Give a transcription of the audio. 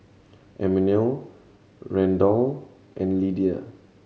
Emmanuel Randell and Lydia